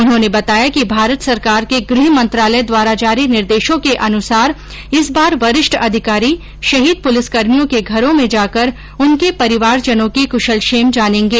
उन्होंने बताया कि भारत सरकार के गृह मंत्रालय द्वारा जारी निर्देशों के अनुसार इस बार वरिष्ठ अधिकारी शहीद पुलिसकर्मियों के घरों में जाकर उनके परिवारजनों की कुशलक्षेम जानेंगे